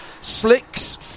Slicks